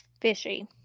Fishy